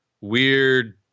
weird